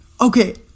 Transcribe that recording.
Okay